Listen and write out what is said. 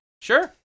Sure